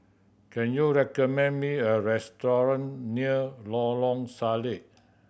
can you recommend me a restaurant near Lorong Salleh